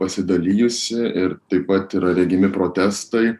pasidalijusi ir taip pat yra regimi protestai